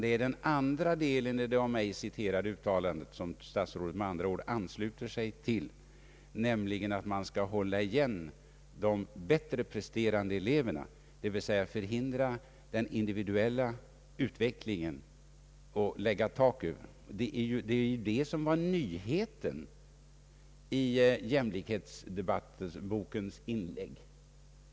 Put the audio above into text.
Det är den andra delen i det av mig citerade uttalandet som statsrådet med andra ord ansluter sig till, nämligen att man skall hålla igen de bättre presterande eleverna, d.v.s. förhindra den individuella utvecklingen, lägga tak över den. Det är ju det som är den verkliga nyheten i jämlikhetsdebattbokens inlägg.